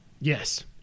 Yes